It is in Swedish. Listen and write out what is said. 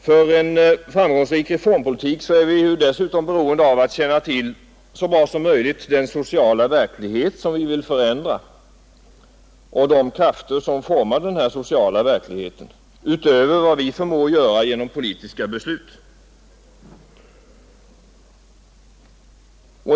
För en framgångsrik reformpolitik är vi dessutom beroende av att — så bra som möjligt — känna till den sociala verklighet som vi vill förändra och de krafter som formar denna sociala verklighet utöver vad vi gör genom politiska beslut.